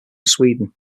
sweden